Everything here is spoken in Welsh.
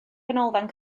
ganolfan